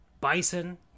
bison